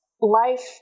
life